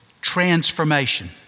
transformation